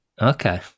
Okay